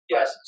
Yes